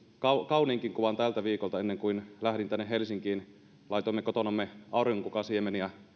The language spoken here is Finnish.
kauniinkin kuvan tältä viikolta ennen kuin lähdin tänne helsinkiin laitoimme kotonamme auringonkukan siemeniä